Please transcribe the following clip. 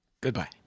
Goodbye